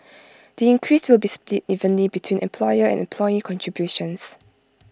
the increase will be split evenly between employer and employee contributions